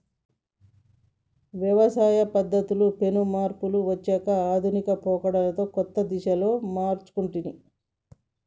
వ్యవసాయ పద్ధతుల్లో పెను మార్పులు వచ్చి ఆధునిక పోకడలతో కొత్త దిశలను మర్సుకుంటొన్ది